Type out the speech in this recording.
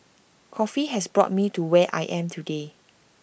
coffee has brought me to where I am today